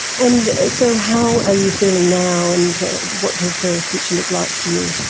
and so how are you feeling now and what does the future look like for you?